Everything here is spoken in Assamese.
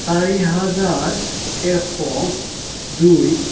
চাৰি হাজাৰ এশ দুই